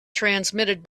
transmitted